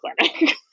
clinic